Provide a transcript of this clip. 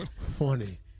funny